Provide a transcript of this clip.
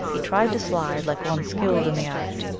he tried to slide like one skilled in the art,